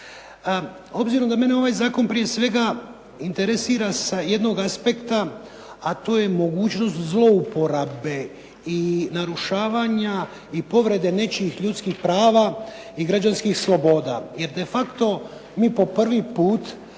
Obzirom da mene ovaj zakon prije svega interesira sa jednog aspekta a to je mogućnost zlouporabe i narušavanja i povrede nečijih ljudskih prava i građanskih sloboda jer de facto mi po prvi puta